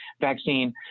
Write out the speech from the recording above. vaccine